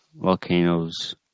volcanoes